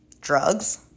Drugs